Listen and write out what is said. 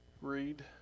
read